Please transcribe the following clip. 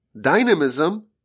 dynamism